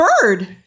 bird